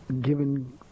given